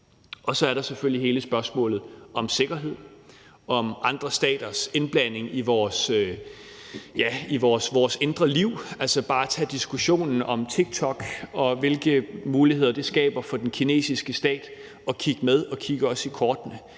Så er der selvfølgelig hele spørgsmålet om sikkerhed og om andre staters indblanding i vores indre liv. Tag bare diskussionen om TikTok, og hvilke muligheder det skaber for den kinesiske stat at kigge med og kigge os i kortene.